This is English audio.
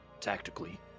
tactically